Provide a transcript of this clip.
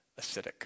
acidic